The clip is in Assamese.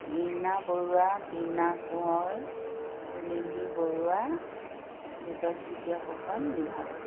ৰীণা বৰুৱা বীণা কোঁৱৰ লিলি বৰুৱা দীপালী চুটিয়া ফুকন নিভা গগৈ